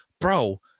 bro